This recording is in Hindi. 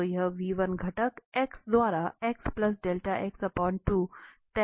तो यह घटक x द्वारा तय किया जाता है